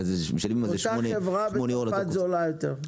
אותה חברה בצרפת זולה יותר.